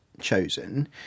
chosen